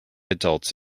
adults